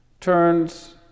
turns